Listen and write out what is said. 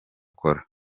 kora